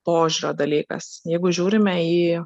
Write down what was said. požiūrio dalykas jeigu žiūrime į